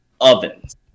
ovens